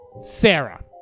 sarah